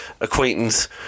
acquaintance